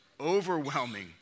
overwhelming